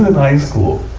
high school,